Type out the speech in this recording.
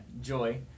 Joy